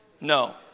No